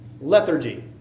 Lethargy